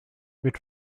mit